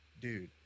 dude